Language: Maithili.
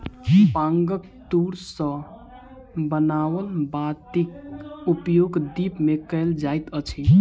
बांगक तूर सॅ बनाओल बातीक उपयोग दीप मे कयल जाइत अछि